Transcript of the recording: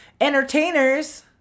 Entertainers